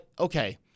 okay